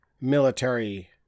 military